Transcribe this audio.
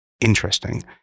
interesting